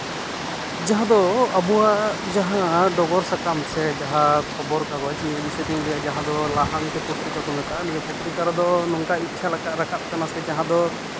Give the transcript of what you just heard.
ᱡᱟᱦᱟᱸ ᱫᱚ ᱟᱵᱚᱣᱟᱜ ᱡᱟᱦᱟᱸ ᱰᱚᱜᱚᱨ ᱥᱟᱠᱟᱢ ᱥᱮ ᱡᱟᱦᱟᱸ ᱠᱷᱚᱵᱚᱨ ᱠᱟᱜᱚᱡᱽ ᱱᱤᱭᱟᱹ ᱵᱤᱥᱚᱭ ᱛᱮᱧ ᱞᱟᱹᱭᱟ ᱡᱟᱦᱟᱸ ᱫᱚ ᱞᱟᱦᱟᱱᱛᱤ ᱯᱚᱛᱨᱤᱠᱟ ᱠᱚ ᱢᱮᱛᱟᱜᱼᱟ ᱱᱤᱭᱟᱹ ᱯᱚᱛᱨᱤᱠᱟ ᱨᱮᱫᱚ ᱱᱚᱝᱠᱟ ᱤᱪᱪᱷᱟ ᱞᱮᱠᱟ ᱨᱟᱠᱟᱵ ᱠᱟᱱᱟ ᱥᱮ ᱡᱟᱦᱟᱸ ᱫᱚ